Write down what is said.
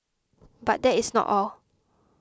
but that is not all